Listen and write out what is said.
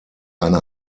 eine